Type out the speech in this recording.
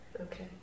okay